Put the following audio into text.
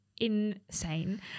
insane